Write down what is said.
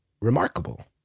remarkable